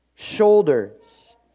Shoulders